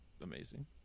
Amazing